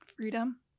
freedom